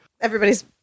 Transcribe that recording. Everybody's